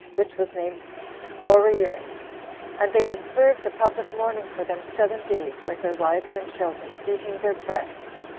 which was named areurn and they observed a public mourning for them seven days, with their wives and children, beating their breasts,